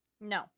no